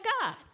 God